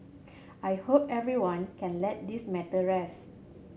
I hope everyone can let this matter rest